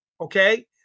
okay